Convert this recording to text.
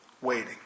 waiting